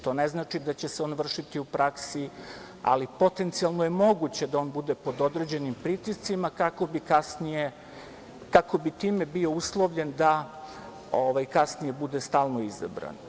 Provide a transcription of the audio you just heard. To ne znači da će se on vršiti u praksi, ali potencijalno je moguće da on bude pod određenim pritiscima, kako bi time bio uslovljen da kasnije bude stalno izabran.